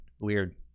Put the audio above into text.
Weird